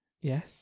yes